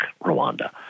Rwanda